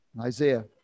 Isaiah